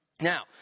now